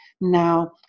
Now